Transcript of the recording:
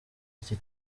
iki